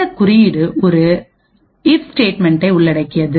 இந்த குறியீடு ஒரு இப் ஸ்டேட்மென்ட்டை உள்ளடக்கியது